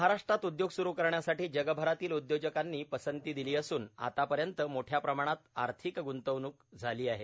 महाराष्ट्रात उद्योग सुरू करण्यासाठी जगभरातील उद्योजकांनी पसंती दिली असून आतापर्यंत मोठ्या प्रमाणात आर्थिक गुंतवणूक झाली आहे